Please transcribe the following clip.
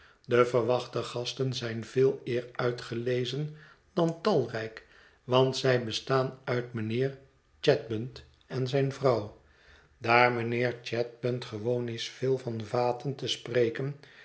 de verwachte gasten zijn veeleer uitgelezen dan talrijk want zij bestaan uit mijnheer chadband en zijne vrouw daar mijnheer chadband gewoon is veel van vaten te spreken